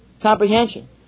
comprehension